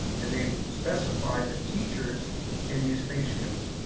and they specify that teachers can use face shields.